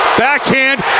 backhand